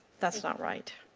that is not right.